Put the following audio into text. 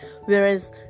whereas